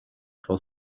for